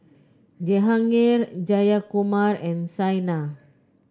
Jehangirr Jayakumar and Saina